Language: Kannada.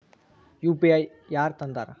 ಯು.ಪಿ.ಐ ಯಾರ್ ತಂದಾರ?